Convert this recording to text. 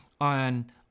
on